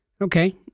okay